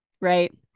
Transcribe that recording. Right